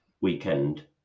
weekend